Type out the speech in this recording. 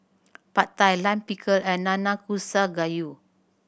Pad Thai Lime Pickle and Nanakusa Gayu